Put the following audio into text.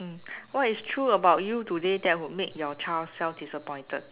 mm what is true about you today that will make your child self disappointed